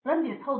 ರಂಜಿತ್ ಹೌದು